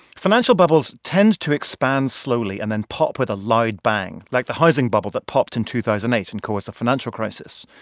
financial bubbles tend to expand slowly and then pop with a loud bang, like the housing bubble that popped in two thousand and eight and caused a financial crisis.